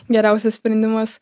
geriausias sprendimas